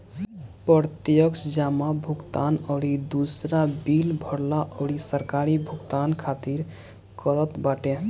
प्रत्यक्ष जमा भुगतान अउरी दूसर बिल भरला अउरी सरकारी भुगतान खातिर करत बाटे